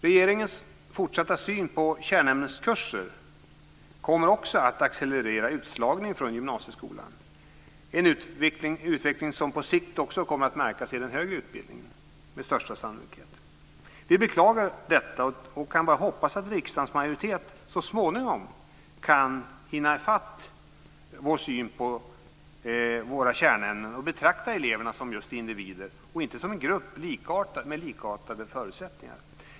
Regeringens fortsatta syn på kärnämneskurser kommer också att accelerera utslagningen från gymnasieskolan - en utveckling som på sikt också kommer att märkas i den högre utbildningen med största sannolikhet. Vi beklagar detta och kan bara hoppas att riksdagens majoritet så småningom kan hinna ifatt vår syn på kärnämnena och betrakta eleverna som just individer och inte som en grupp med likartade förutsättningar.